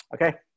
Okay